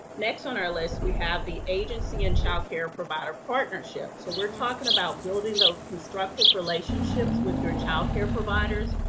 next on our list, we have the agency and child care provider partnership. so we're talking about building those constructive relationships with your child care providers,